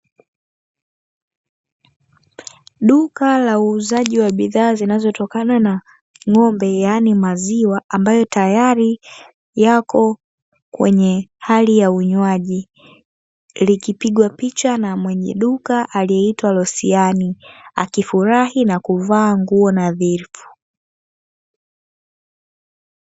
Duka la uuzaji wa bidhaa zinazotokana na ng'ombe, yaani maziwa, ambayo tayari yako kwenye hali ya unywaji, likipigwa picha na mwenye duka aliyeitwa Losiani, akifurahi na kuvaa nguo nadhifu.